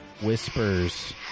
whispers